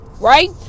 right